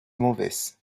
movies